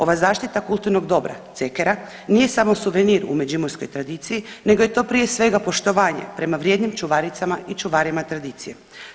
Ova zaštita kulturnog dobra cekera nije samo suvenir u međimurskoj tradiciji nego je to prije svega poštovanje prema vrijednim čuvaricama i čuvarima tradicije.